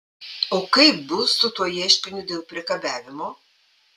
o kaip bus su tuo ieškiniu dėl priekabiavimo